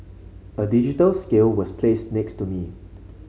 a digital scale was placed next to me